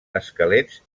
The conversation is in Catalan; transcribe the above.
esquelets